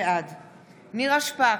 בעד נירה שפק,